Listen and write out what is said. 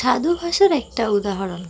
সাধু ভাষার একটা উদাহরণ